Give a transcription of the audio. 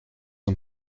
een